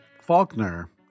Faulkner